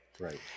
right